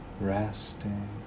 resting